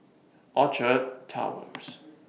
Orchard Towers